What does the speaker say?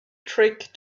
trick